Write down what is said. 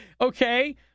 okay